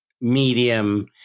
medium